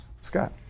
Scott